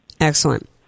Excellent